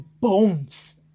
bones